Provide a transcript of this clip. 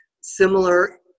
similar